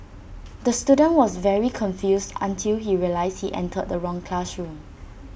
the student was very confused until he realised he entered the wrong classroom